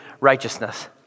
righteousness